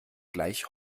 gleich